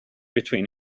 between